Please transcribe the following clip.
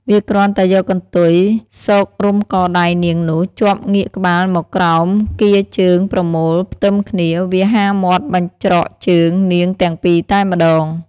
វាគ្រាន់តែយកកន្ទុយស៊ករុំក៏ដៃនាងនោះជាប់ងាកក្បាលមកក្រោមកៀវជើងប្រមូលផ្ទឹមគ្នា វាហារមាត់បញ្ច្រកជើង នាងទាំងពីរតែម្ដង។